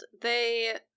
they-